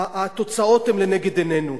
התוצאות הן לנגד עינינו.